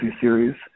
series